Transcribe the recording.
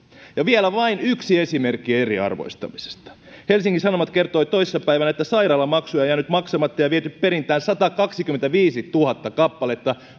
ja vielä vain yksi esimerkki eriarvoistamisesta helsingin sanomat kertoi toissa päivänä että sairaalamaksuja on jäänyt maksamatta ja viety perintään satakaksikymmentäviisituhatta kappaletta